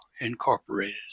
incorporated